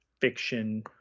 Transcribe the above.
fiction